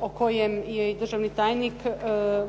o kojem je i državni tajnik